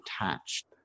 attached